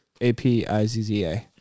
A-P-I-Z-Z-A